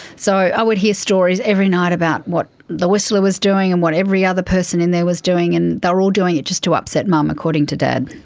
so i would hear stories every night about what the whistler was doing and what every other person in there was doing, and they were all doing it just to upset mum, according to dad.